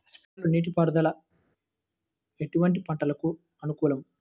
Sprinkler నీటిపారుదల ఎటువంటి పంటలకు అనుకూలము?